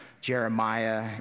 Jeremiah